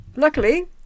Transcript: Luckily